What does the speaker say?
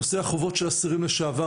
נושא החובות של אסירים לשעבר,